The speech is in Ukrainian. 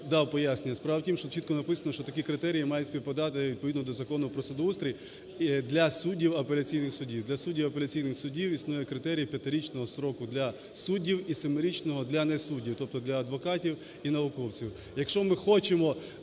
дав пояснення. Справа в тім, що чітко написано, що такі критерії мають співпадати відповідно до Закону про судоустрій для суддів апеляційних судів. Для суддів апеляційних судів існує критерій 5-річного строку для суддів і 7-річного для не суддів, тобто для адвокатів і науковців.